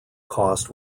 cost